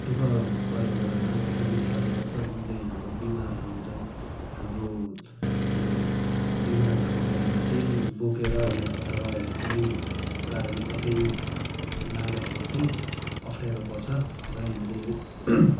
दुःख परेको बेलामा एकदमै साह्रो पर्छ जुन चाहिँ यहाँ हाम्रो बिमारहरू हुन्छन् हाम्रो यो बिमार भएको बेलामा चाहिँ बोकेर या अथवा कुनै कारणले कसरी लाँदाखेरि चाहिँ अप्ठ्यारो पर्छ र यहाँनिर